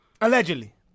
Allegedly